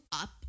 up